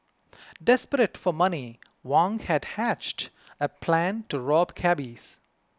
desperate for money Wang had hatched a plan to rob cabbies